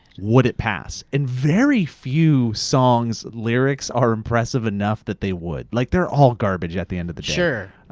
would it pass? and very few songs lyrics are impressive enough that they would. like they're all garbage at the end of the day. sure,